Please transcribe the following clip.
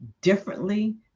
differently